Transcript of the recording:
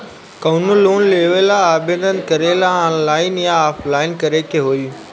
कवनो लोन लेवेंला आवेदन करेला आनलाइन या ऑफलाइन करे के होई?